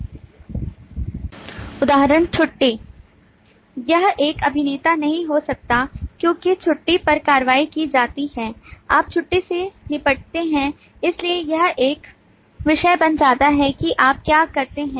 उदाहरण छुट्टी यह एक अभिनेता नहीं हो सकता क्योंकि छुट्टी पर कार्रवाई की जाती है आप छुट्टी से निपटते हैं इसलिए यह एक विषय बन जाता है कि आप क्या करते हैं